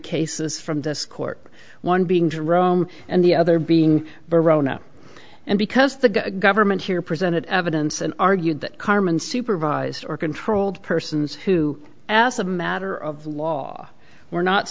cases from this court one being jerome and the other being barona and because the government here presented evidence and argued that carmen supervised or controlled persons who asked a matter of law were not